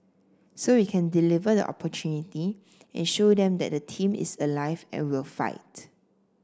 so we can deliver the opportunity and show them that the team is alive and will fight